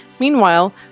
Meanwhile